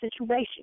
situation